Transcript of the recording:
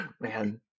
man